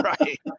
right